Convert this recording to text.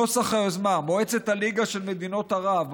נוסח היוזמה: מועצת הליגה של מדינות ערב,